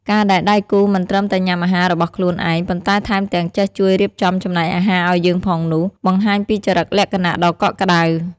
ការដែលដៃគូមិនត្រឹមតែញ៉ាំអាហាររបស់ខ្លួនឯង ប៉ុន្តែថែមទាំងចេះជួយរៀបចំចំណែកអាហារឱ្យយើងផងនោះ បង្ហាញពីចរិតលក្ខណៈដ៏កក់ក្ដៅ។